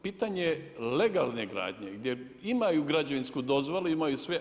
Pitanje je legalne gradnje gdje imaju građevinsku dozvolu, imaju sve.